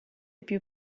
più